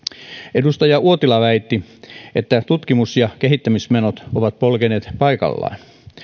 edustaja uotila väitti että tutkimus ja kehittämismenot ovat polkeneet paikallaan